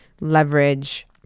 leverage